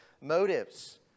motives